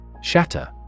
Shatter